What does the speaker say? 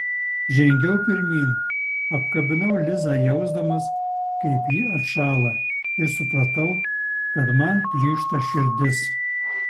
žengiau pirmyn apkabinau lizą jausdamas kaip ji atšąla ir supratau kad man plyšta širdis